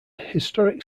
historic